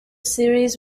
series